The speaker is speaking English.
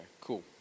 cool